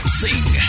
sing